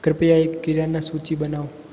कृपया एक किराना सूचि बनाओ